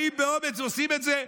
באים באומץ ועושים את זה.